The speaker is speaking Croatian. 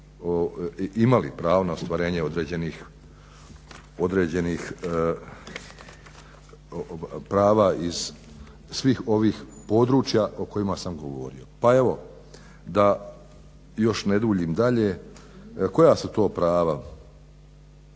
imali pravo na ostvarenje određenih prava iz svih ovih područja o kojima sam govorio. Pa evo da još ne duljim dalje, koja su to prava.